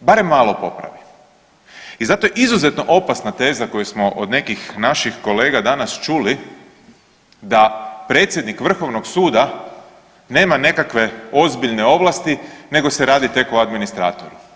barem malo popravi i zato je izuzetno opasna teza koju smo od nekih naših kolega danas čuli da predsjednik Vrhovnog suda nema nekakve ozbiljne ovlasti nego se radi tek o administratoru.